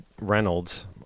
Reynolds